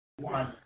One